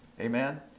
Amen